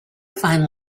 find